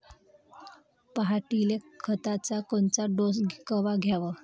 पऱ्हाटीले खताचा कोनचा डोस कवा द्याव?